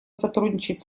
сотрудничать